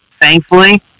thankfully